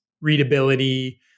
readability